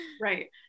Right